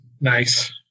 nice